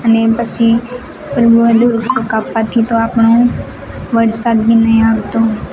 અને પછી વધુ વૃક્ષો કાપવાથી તો આપણો વરસાદ બી નહીં આવતો